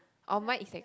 oh mine it take